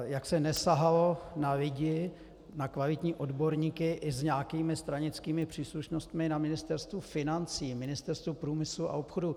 Jak se nesahalo na lidi, na kvalitní odborníky, i s nějakými stranickými příslušnostmi na Ministerstvu financí, Ministerstvu průmyslu a obchodu.